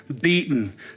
beaten